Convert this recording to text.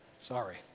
Sorry